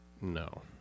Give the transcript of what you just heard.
No